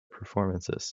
performances